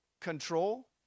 control